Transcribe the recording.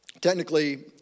technically